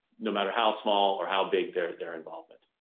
no matter how small or how big their their involvement.